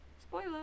Spoiler